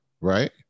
right